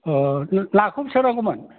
अ नाखौ बेसेबां नांगौमोन